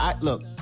Look